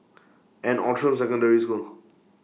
and Outram Secondary School